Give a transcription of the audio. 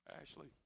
Ashley